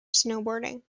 snowboarding